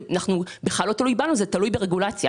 שזה לא תלוי בנו אלא תלוי ברגולציה.